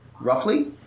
roughly